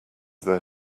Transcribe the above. there